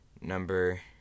Number